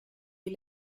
est